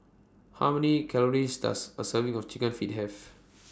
How Many Calories Does A Serving of Chicken Feet Have